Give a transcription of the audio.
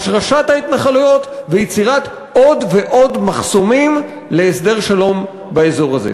השרשת ההתנחלויות ויצירת עוד ועוד מחסומים להסדר שלום באזור הזה.